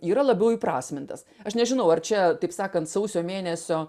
yra labiau įprasmintas aš nežinau ar čia taip sakant sausio mėnesio